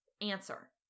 answer